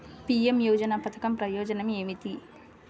PM యోజన పధకం ప్రయోజనం ఏమితి?